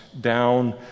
down